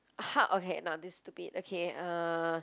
!aha! okay now this is stupid okay uh